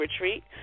retreat